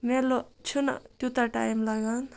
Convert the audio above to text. مےٚ چھُنہٕ تیوٗتاہ ٹایم لَگان